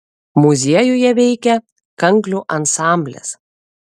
muziejuje veikia kanklių ansamblis